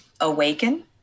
awaken